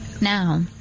Now